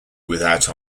without